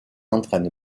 entraîne